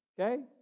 okay